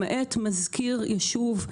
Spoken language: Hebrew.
למעט מזכיר ישוב.